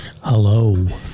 hello